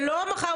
זה לא מחר,